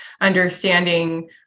understanding